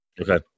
Okay